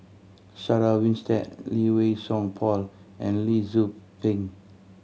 Sarah Winstedt Lee Wei Song Paul and Lee Tzu Pheng